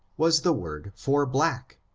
was the word for black.